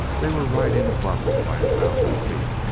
they were riding above it by a thousand feet,